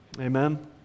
Amen